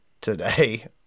today